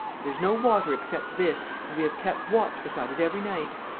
there's no water except this and we have kept watch beside it every night.